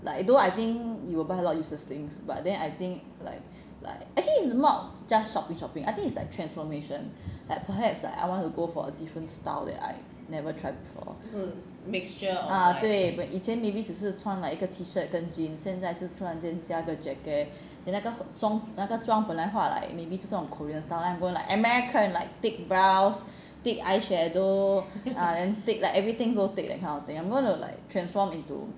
like though I think you will buy a lot of useless things but then I think like like actually is not just shopping shopping I think it's like transformation like perhaps like I I want to go for a different style that I never try before ah 对 when 以前 maybe 只是穿 like 一个 t-shirt 跟 jeans 现在就突然间加个 jacket then 那个妆那个妆本来画 like maybe 就是这种 korean style then I go like american like thick brows thick eye shadow ah then thick like everything go thick that kind of thing lor I'm gonna like transform into